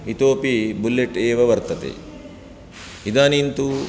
इतोपि बुलेट् एव वर्तते इदानीं तु